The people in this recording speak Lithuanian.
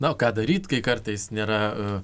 na o ką daryt kai kartais nėra